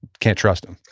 can't trust him.